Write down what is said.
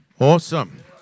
Awesome